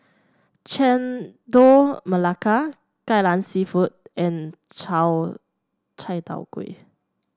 Chendol Melaka Kai Lan seafood and Chai Tow Kuay